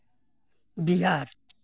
Bihar